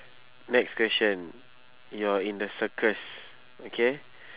next question you are in the circus okay